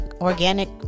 Organic